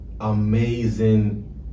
amazing